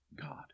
God